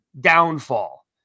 downfall